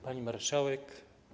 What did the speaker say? Pani Marszałek!